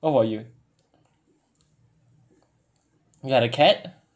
what about you you had a cat